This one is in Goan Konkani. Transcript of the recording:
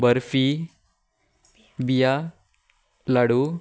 बर्फी बिया लाडू